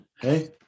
Hey